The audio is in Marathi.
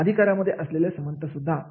अधिकारांमध्ये असलेल्या समानता सुद्धा